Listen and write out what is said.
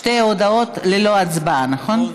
שתי הודעות ללא הצבעה, נכון?